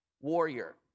warrior